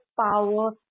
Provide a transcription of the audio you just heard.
power